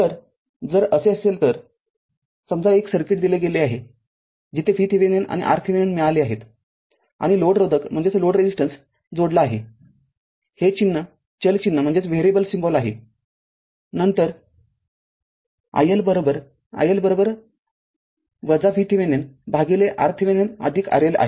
तर जर असे असेल तर समजा एक सर्किट दिले गेले आहे जिथे VThevenin आणि RThevenin मिळाले आहेत आणि लोड रोधक जोडला आहेहे चिन्ह हे चल चिन्ह आहे नंतर iL iL VThevenin भागिले RThevenin RL आहे